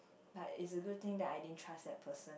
but it's a good thing that I didn't trust that person